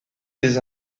des